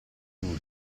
giusto